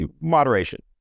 moderation